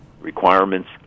requirements